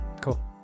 Cool